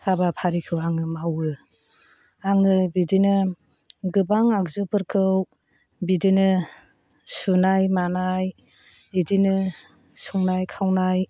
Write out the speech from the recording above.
हाबाफारिखौ आङो मावो आङो बिदिनो गोबां आगजुफोरखौ बिदिनो सुनाय मानाय बिदिनो संनाय खावनाय